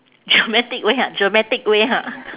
dramatic way ah dramatic way ha